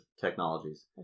Technologies